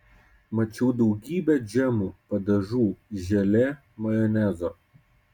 mačiau daugybę džemų padažų želė majonezo